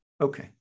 Okay